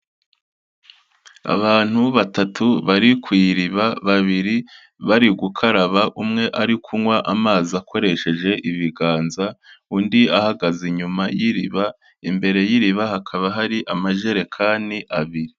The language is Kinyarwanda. Abantu batatu bari ku iriba, babiri bari gukaraba, umwe ari kunywa amazi akoresheje ibiganza, undi ahagaze inyuma y'iriba, imbere y'iriba hakaba hari amajerekani abiri.